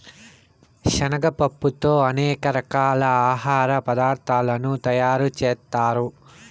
శనగ పప్పుతో అనేక రకాల ఆహార పదార్థాలను తయారు చేత్తారు